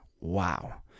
Wow